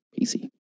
PC